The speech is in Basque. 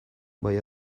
bai